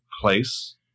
place